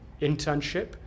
internship